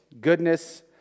goodness